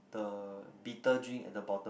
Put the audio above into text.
the bitter drink at the bottom